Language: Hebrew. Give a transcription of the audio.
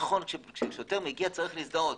נכון, כששוטר מגיע, אתה צריך להזדהות.